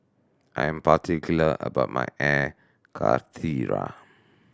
I am particular about my Air Karthira